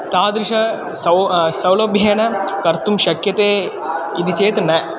तादृशं सौ सौलभ्येन कर्तुं शक्यते इति चेत् न